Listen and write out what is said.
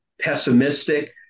pessimistic